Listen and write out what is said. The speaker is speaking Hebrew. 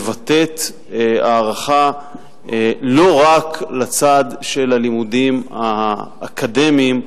מבטאת הערכה לא רק לצד של הלימודים האקדמיים,